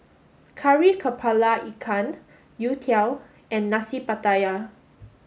Kari Kepala Ikan youtiao and Nasi Pattaya